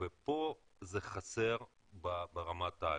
ופה זה חסר ברמת על.